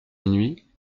minuit